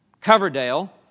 Coverdale